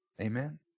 Amen